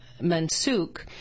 Mansuk